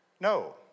no